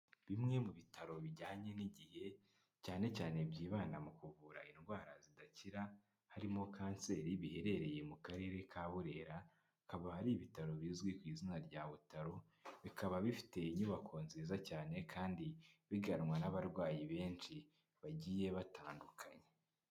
Bimwe mu bitaro bijyanye n'igihe, cyane cyane byibanda mu kuvura indwara zidakira, harimo kanseri, biherereye mu Karere ka Burera, akaba ari ibitaro bizwi ku izina rya Butaro, bikaba bifite inyubako nziza cyane kandi biganwa n'abarwayi benshi bagiye batandukanye.